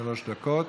שלוש דקות,